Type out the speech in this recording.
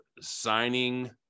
signing